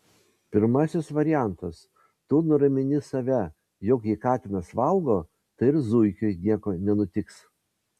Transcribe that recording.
pirmasis variantas tu nuramini save jog jei katinas valgo tai ir zuikiui nieko nenutiks